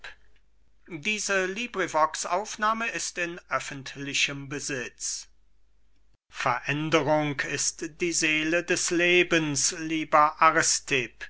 an aristipp veränderung ist die seele des lebens lieber